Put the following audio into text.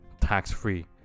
tax-free